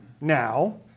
now